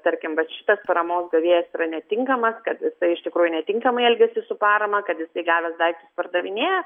tarkim vat šitas paramos gavėjas yra netinkamas kad jisai iš tikrųjų netinkamai elgiasi su parama kad jisai gavęs daiktus pardavinėja